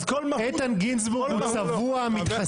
אז כל מהות --- איתן גינזבורג הוא צבוע מתחסד.